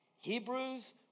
Hebrews